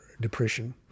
depression